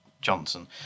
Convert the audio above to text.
Johnson